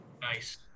Nice